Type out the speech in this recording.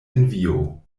envio